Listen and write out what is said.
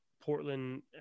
Portland